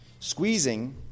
Squeezing